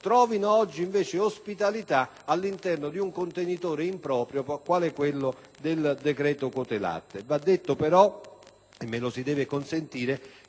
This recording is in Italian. trovino oggi ospitalità all'interno di un contenitore improprio quale quello del decreto sulle quote latte. Va detto però - e me lo si deve consentire